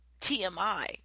TMI